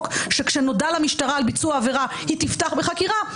שכשנודע למשטרה על ביצוע עבירה היא תפתח בחקירה,